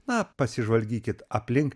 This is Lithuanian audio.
na pasižvalgykit aplink